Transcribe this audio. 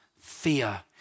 fear